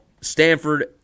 Stanford